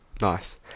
Nice